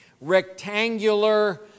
rectangular